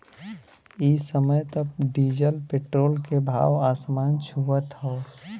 इ समय त डीजल पेट्रोल के भाव आसमान छुअत हौ